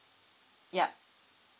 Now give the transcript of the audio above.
yup